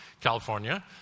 California